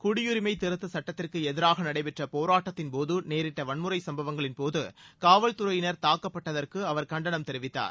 குடியுரிமை திருத்த சட்டத்திற்கு எதிராகநடைபெற்ற போராட்டத்தின்போது நேரிட்ட வன்முறை சம்பவங்களின்போது காவல்துறையினர் தாக்கப்பட்டதற்கு அவர் கண்டனம் தெரிவித்தார்